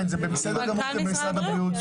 זה בסדר גמור שזה במשרד הבריאות.